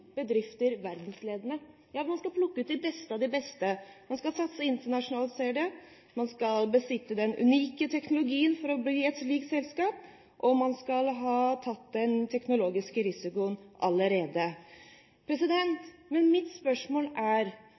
bedrifter «verdensledende». Man skal plukke ut de beste av de beste. Man skal satse internasjonalt, sier de, man besitter som selskap «unik teknologi», og man skal allerede ha tatt den teknologiske risikoen.